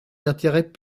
d’intérêt